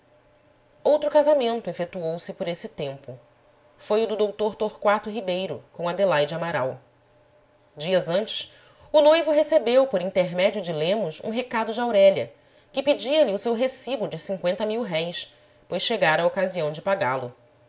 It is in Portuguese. outro casamento efetuou se por esse tempo foi o do dr torquato ribeiro com adelaide amaral dias antes o noivo recebeu por intermédio de lemos um recado de aurélia que pedia-lhe o seu recibo de cinqüenta mil-réis pois chegara a ocasião de pagá lo